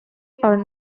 are